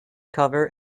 cover